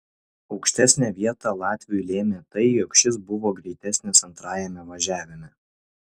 aukštesnę vietą latviui lėmė tai jog šis buvo greitesnis antrajame važiavime